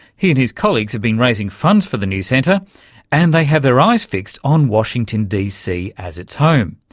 he and his colleagues have been raising funds for the new centre and they have their eyes fixed on washington dc as its home.